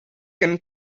can